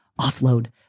offload